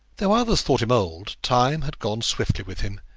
though others thought him old, time had gone swiftly with him,